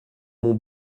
mon